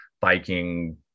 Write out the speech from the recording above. biking